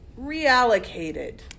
reallocated